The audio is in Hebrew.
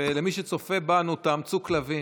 ולמי שצופה בנו, תאמצו כלבים.